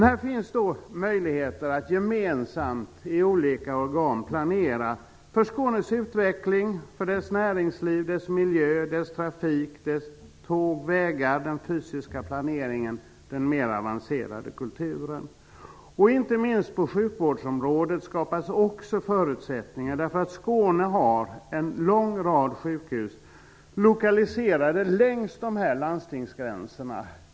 Här finns möjligheter att gemensamt i olika organ planera för Skånes utveckling - för dess näringsliv, dess miljö och dess trafik med tåg och vägar samt för den fysiska planeringen och den mer avancerade kulturen. Inte minst på sjukvårdsområdet skapas det också förutsättningar. Skåne har nämligen en lång rad sjukhus lokaliserade längs landstingsgränserna.